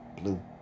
Blue